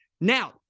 Now